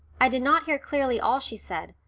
i did not hear clearly all she said,